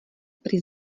prý